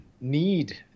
need